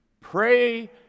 pray